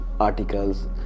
articles